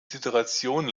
situation